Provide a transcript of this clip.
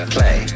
Play